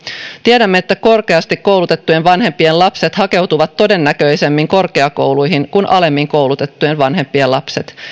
tiedämme että korkeasti koulutettujen vanhempien lapset hakeutuvat todennäköisemmin korkeakouluihin kuin alemmin koulutettujen vanhempien lapset